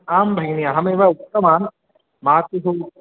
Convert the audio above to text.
आं भगिनी अहमेव उक्तवान् मातुः